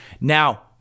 Now